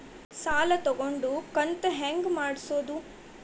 ಸಾಲ ತಗೊಂಡು ಕಂತ ಹೆಂಗ್ ಮಾಡ್ಸೋದು?